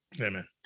Amen